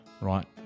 right